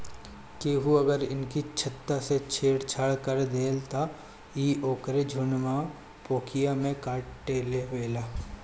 केहू अगर इनकी छत्ता से छेड़ छाड़ कर देहलस त इ ओके झुण्ड में पोकिया में काटलेवेला